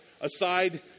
aside